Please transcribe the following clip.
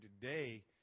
today